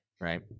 right